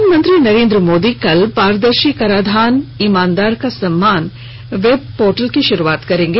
प्रधानमंत्री नरेन्द्र मोदी कल पारदर्शी कराधान ईमानदार का सम्मान वेब पोर्टल की शुरूआत करेंगे